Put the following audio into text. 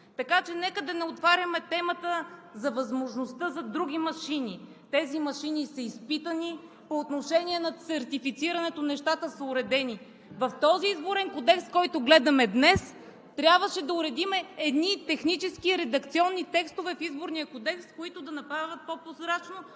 Така че нека да не отваряме темата за възможността за други машини. Тези машини са изпитани, по отношение на сертифицирането нещата са уредени. В този Изборен кодекс, който гледаме днес, трябваше да уредим едни технически редакционни текстове, които да направят по-прозрачно